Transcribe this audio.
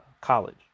college